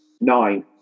Nine